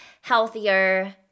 healthier